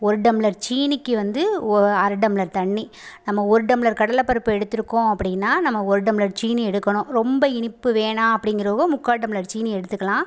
ஒரு டம்ளர் சீனிக்கு வந்து ஒ அரை டம்ளர் தண்ணி நம்ம ஒரு டம்ளர் கடலை பருப்பை எடுத்துருக்கோம் அப்படின்னா நம்ம ஒரு டம்ளர் சீனி எடுக்கணும் ரொம்ப இனிப்பு வேணால் அப்டிங்கிறவங்க முக்கால் டம்ளர் சீனி எடுத்துக்கலாம்